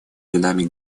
делами